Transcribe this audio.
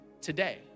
today